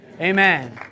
Amen